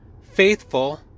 Faithful